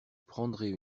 prendrai